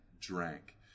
drank